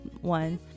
one